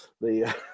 The-